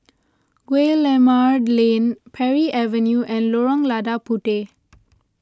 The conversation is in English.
Guillemard Lane Parry Avenue and Lorong Lada Puteh